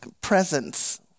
presence